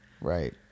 Right